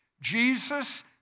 Jesus